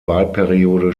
wahlperiode